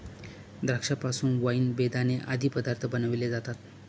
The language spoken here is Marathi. द्राक्षा पासून वाईन, बेदाणे आदी पदार्थ बनविले जातात